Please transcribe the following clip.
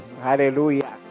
hallelujah